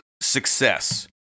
success